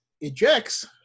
ejects